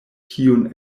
kiun